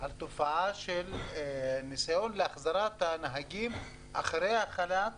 אני שואל על הניסיון להחזרת הנהגים אחרי החל"ת